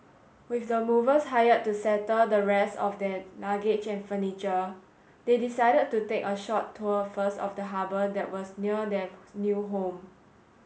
with the movers hired to settle the rest of their luggage and furniture they decided to take a short tour first of the harbour that was near their new home